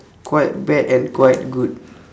quite bad and quite good